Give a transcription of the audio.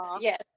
yes